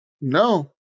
no